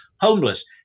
homeless